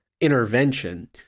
intervention